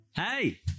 Hey